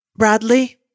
Bradley